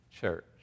Church